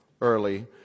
early